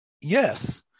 yes